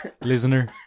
listener